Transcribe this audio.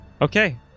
Okay